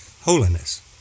Holiness